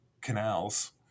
canals